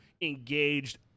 engaged